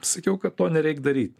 sakiau kad to nereik daryt